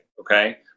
okay